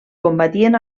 combatien